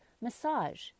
massage